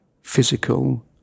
physical